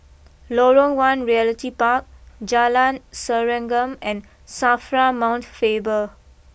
Lorong one Realty Park Jalan Serengam and Safra Mount Faber